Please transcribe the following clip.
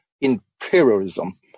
imperialism